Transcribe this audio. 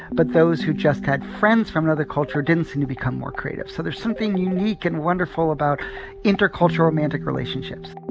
but those who just had friends from another culture didn't seem to become more creative. so there's something unique and wonderful about intercultural romantic relationships